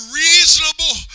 reasonable